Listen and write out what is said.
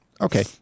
okay